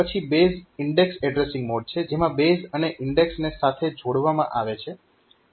પછી base indexed addressing mode છે જેમાં બેઝ અને ઈન્ડેક્સને સાથે જોડવામાં આવે છે